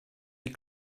die